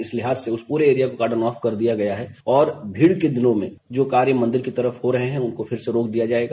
इस लिहाज से उस पूरे एरिया को ग्राडन ऑफ कर दिया गया है और भीड़ के दिनों में जो कार्य मंदिर की तरफ हो रहे है उनको फिर से रोक दिया जायेगा